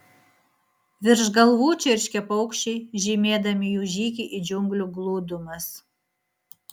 virš galvų čirškė paukščiai žymėdami jų žygį į džiunglių glūdumas